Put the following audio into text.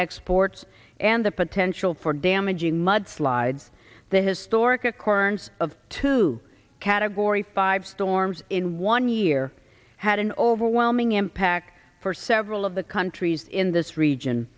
exports and the potential for damaging mudslides the historic a cornes of two category five storms in one year had an overwhelming impact for several of the countries in this region